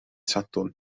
sadwrn